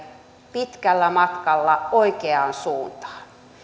pitkällä matkalla oikeaan suuntaan